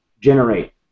generate